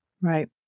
Right